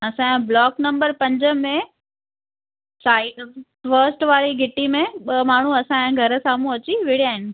असांजो block number पंज में साइड वस्ट वारी घिटी में ॿ माण्हू असांजे घर साम्हूं अची विड़िया आहिनि